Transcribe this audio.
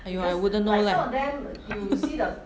!aiyo! I wouldn't know leh